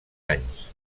anys